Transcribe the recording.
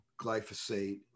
glyphosate